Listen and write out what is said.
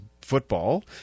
football